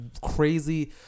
crazy